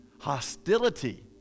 Hostility